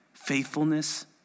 faithfulness